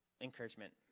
encouragement